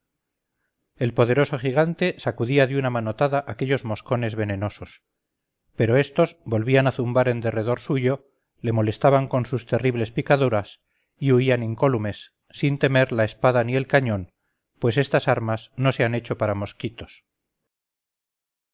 el poderoso gigante sacudía de una manotada aquellos moscones venenosos pero estos volvían a zumbar en derredor suyo le molestaban con sus terribles picaduras y huían incólumes sin temer la espada ni el cañón pues estas armas no se han hecho para mosquitos